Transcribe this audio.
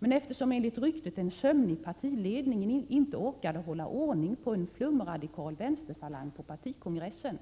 Men eftersom, enligt ryktet, en sömnig partiledning inte orkade hålla ordning på en flumradikal vänsterfalang på partikongressen